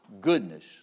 goodness